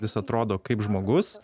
jis atrodo kaip žmogus